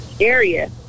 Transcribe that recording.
area